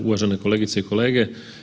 Uvažene kolegice i kolege.